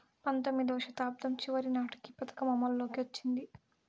పంతొమ్మిదివ శతాబ్దం చివరి నాటికి ఈ పథకం అమల్లోకి వచ్చింది